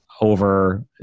over